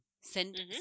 Send